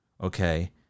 Okay